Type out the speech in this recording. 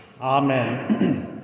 amen